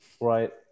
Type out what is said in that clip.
Right